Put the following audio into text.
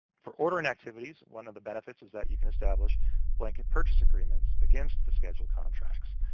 for ordering activities, one of the benefits is that you can establish blanket purchase agreements against the schedule contracts.